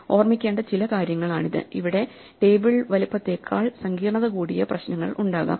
ഓർമിക്കേണ്ട ചില കാര്യങ്ങളാണിത് ഇവിടെ ടേബിൾ വലുപ്പത്തേക്കാൾ സങ്കീർണ്ണത കൂടിയ പ്രശ്നങ്ങൾ ഉണ്ടാകാം